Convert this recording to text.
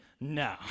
no